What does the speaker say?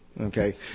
okay